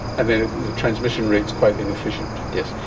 and then the transmission rate is quite inefficient. yes.